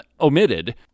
omitted